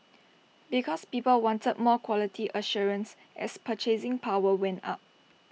because people wanted more quality assurance as purchasing power went up